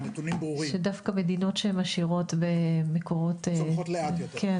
שדווקא מדינות עשירות במקורות --- צומחות לאט יותר.